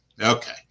Okay